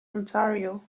ontario